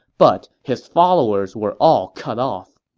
but his followers were all cut off.